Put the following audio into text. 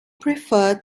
preferred